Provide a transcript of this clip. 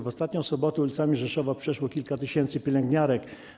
W ostatnią sobotę ulicami Rzeszowa przeszło kilka tysięcy pielęgniarek.